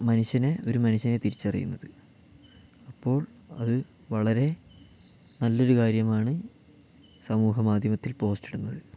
മനുഷ്യനെ ഒരു മനുഷ്യനെ തിരിച്ചറിയുന്നത് അപ്പോൾ അത് വളരെ നല്ലൊരു കാര്യമാണ് സമൂഹമാധ്യമത്തിൽ പോസ്റ്റിടുന്നത്